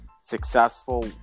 successful